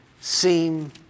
seem